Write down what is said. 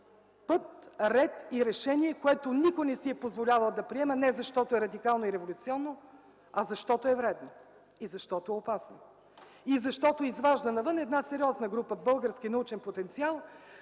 път, ред и решение, което никой не си е позволявал да приема, не защото е радикално и революционно, а защото е вредно и опасно, и защото изважда навън една сериозна група български научен потенциал,